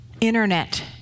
Internet